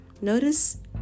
Notice